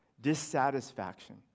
Dissatisfaction